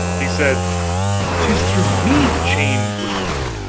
he said tis through me the change was wrought!